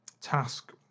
task